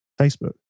Facebook